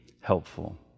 helpful